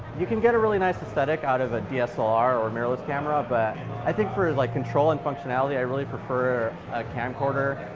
you can get a really nice aesthetic out of a dslr or mirrorless camera but i think for like controlling functionality i really prefer a camcorder.